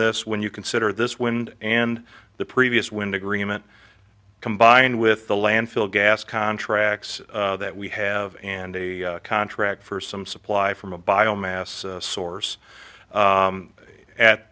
this when you consider this wind and the previous wind agreement combined with the landfill gas contracts that we have and a contract for some supply from a biomass source